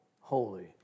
holy